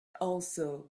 also